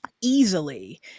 easily